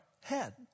head